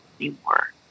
anymore